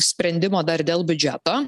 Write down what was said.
sprendimo dar dėl biudžeto